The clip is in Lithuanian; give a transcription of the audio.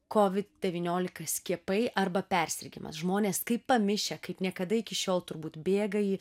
kovid devyniolika skiepai arba persirgimas žmonės kaip pamišę kaip niekada iki šiol turbūt bėga į